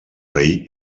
rei